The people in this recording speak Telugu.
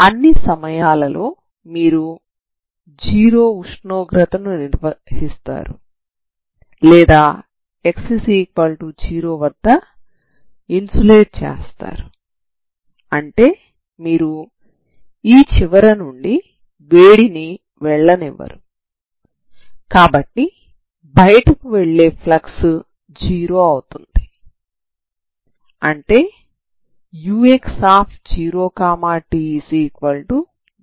అన్ని సమయాలలో మీరు 0 ఉష్ణోగ్రతను నిర్వహిస్తారు లేదా x0 వద్ద ఇన్సులేట్ చేస్తారు అంటే మీరు ఈ చివర నుండి వేడిని వెళ్ళనివ్వరు కాబట్టి బయటకు వెళ్లే ఫ్లక్స్ 0 అవుతుంది అంటే ux0t0 అవుతుంది